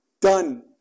done